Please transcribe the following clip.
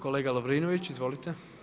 Kolega Lovrinović, izvolite.